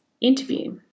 interview